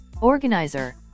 Organizer